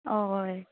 हय